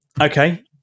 Okay